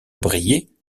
brillait